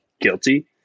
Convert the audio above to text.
guilty